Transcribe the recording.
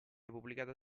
pubblicata